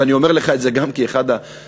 ואני אומר לך את זה גם כי אחד החברים,